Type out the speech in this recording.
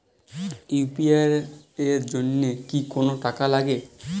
UPI এর জন্য কি কোনো টাকা লাগে?